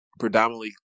predominantly